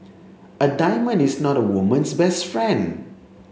a diamond is not a woman's best friend